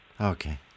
Okay